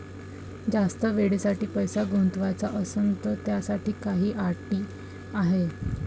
जास्त वेळेसाठी पैसा गुंतवाचा असनं त त्याच्यासाठी काही अटी हाय?